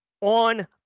on